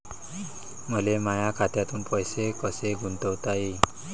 मले माया खात्यातून पैसे कसे गुंतवता येईन?